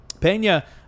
Pena